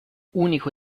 unico